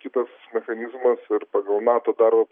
kitas mechanizmas ir pagal metų darbo